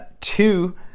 Two